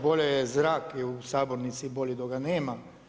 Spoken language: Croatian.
Bolji je zrak u sabornici, bolji dok ga nema.